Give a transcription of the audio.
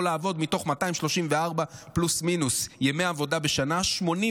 לעבוד מתוך 234 ימי עבודה בשנה פלוס-מינוס.